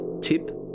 Tip